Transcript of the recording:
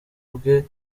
bwe